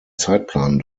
zeitplan